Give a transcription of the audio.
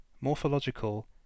morphological